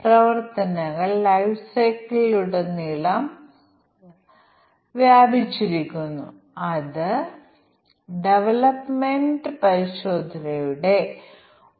നമുക്ക് printer diagnosis software ഉണ്ടെന്ന് പറയുക അവിടെ നമ്മൾ അവസ്ഥയിൽ പ്രവേശിക്കുകയും അത് ആവശ്യമായ പ്രവർത്തനങ്ങൾ നടത്തുകയും ചെയ്യുന്നു